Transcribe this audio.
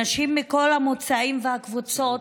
נשים מכל המוצאים והקבוצות,